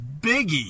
biggie